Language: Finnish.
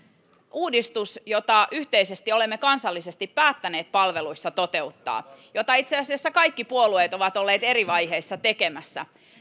uudistus jota yhteisesti olemme kansallisesti päättäneet palveluissa toteuttaa ja jota itse asiassa kaikki puolueet ovat olleet eri vaiheissa tekemässä